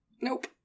Nope